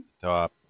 Top